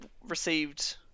received